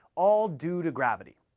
all due to gravity.